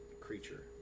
creature